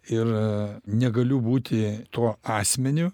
ir negaliu būti tuo asmeniu